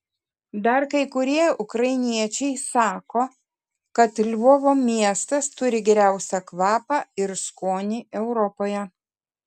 dar kai kurie ukrainiečiai sako kad lvovo miestas turi geriausią kvapą ir skonį europoje